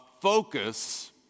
focus